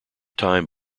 time